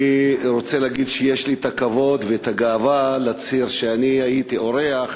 אני רוצה להגיד שיש לי את הכבוד ואת הגאווה להצהיר שהייתי אורח